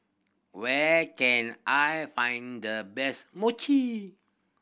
where can I find the best Mochi